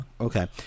Okay